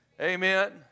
Amen